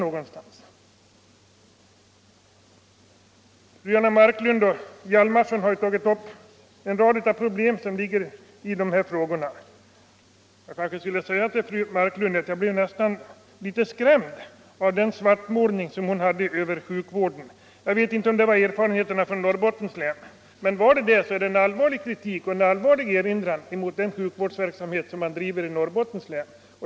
Fru Marklund och fru Hjalmarsson har tagit upp en rad av problem som ligger i dessa frågor. Jag blev nästan skrämd av den svartmålning som fru Marklund gjorde av sjukvården. Jag vet inte om det var erfarenheterna från Norrbotten som låg bakom. I så fall är fru Marklunds svartmålning en allvarlig kritik mot den sjukvårdsverksamhet som bedrivs i Norrbotten.